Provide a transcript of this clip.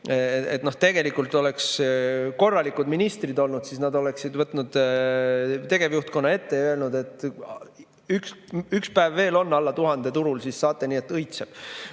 kaudu. Tegelikult, kui oleks korralikud ministrid olnud, siis nad oleksid võtnud tegevjuhtkonna ette ja öelnud, et kui üks päev veel on alla 1000 turul, siis saate nii et õitseb.